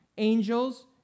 angels